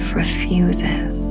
refuses